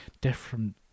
different